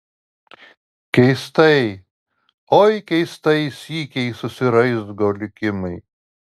keistai oi keistai sykiais susiraizgo likimai